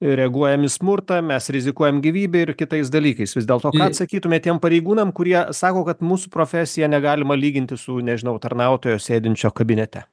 reaguojam į smurtą mes rizikuojam gyvybe ir kitais dalykais vis dėlto ką atsakytumėt tiem pareigūnam kurie sako kad mūsų profesiją negalima lyginti su nežinau tarnautojo sėdinčio kabinete